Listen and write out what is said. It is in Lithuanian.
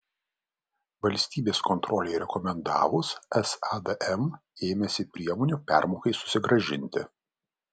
valstybės kontrolei rekomendavus sadm ėmėsi priemonių permokai susigrąžinti